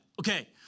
Okay